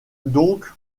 donc